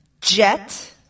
Jet